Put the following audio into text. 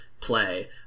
play